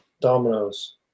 dominoes